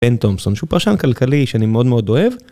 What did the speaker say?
בן תומסון שהוא פרשן כלכלי שאני מאוד מאוד אוהב